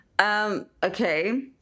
okay